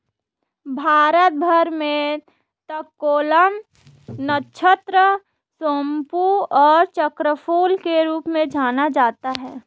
भारत भर में तककोलम, नक्षत्र सोमपू और चक्रफूल के रूप में जाना जाता है